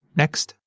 next